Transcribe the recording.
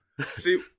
see